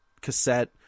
cassette